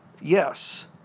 Yes